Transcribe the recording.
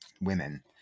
women